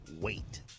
wait